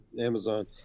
Amazon